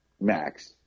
Max